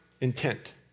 intent